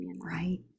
right